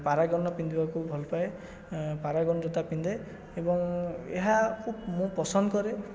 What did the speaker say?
ପାରାଗନର ପିନ୍ଧିବାକୁ ଭଲ ପାଏ ମୁଁ ପାରାଗନ ଜୋତା ପିନ୍ଧେ ଏବଂ ଏହାକୁ ମୁଁ ପସନ୍ଦ କରେ